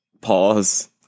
Pause